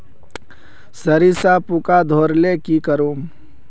सरिसा पूका धोर ले की करूम?